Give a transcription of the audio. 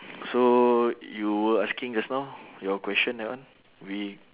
so you were asking just now your question that one we